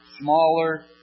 Smaller